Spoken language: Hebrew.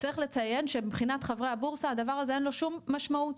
צריך לציין שמבחינת חברי הבורסה לדבר הזה אין שום משמעות,